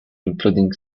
including